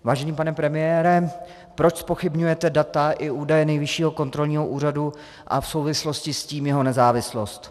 Vážený pane premiére, proč zpochybňujete data i údaje Nejvyššího kontrolního úřadu a v souvislosti s tím jeho nezávislost?